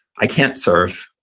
i can't surf.